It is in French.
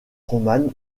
romane